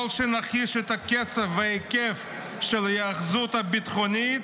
כל שנחיש את הקצב וההיקף של ההיאחזות הביטחונית,